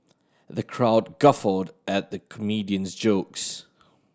the crowd guffawed at the comedian's jokes